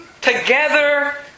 together